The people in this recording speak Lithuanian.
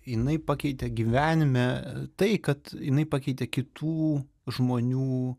jinai pakeitė gyvenime tai kad jinai pakeitė kitų žmonių